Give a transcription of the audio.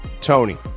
TONY